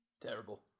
Terrible